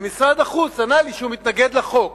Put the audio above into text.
משרד החוץ ענה לי שהוא מתנגד לחוק.